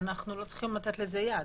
אין לנו לתת לזה יד.